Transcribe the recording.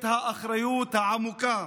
את האחריות העמוקה